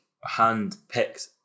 hand-picked